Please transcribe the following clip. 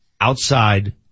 outside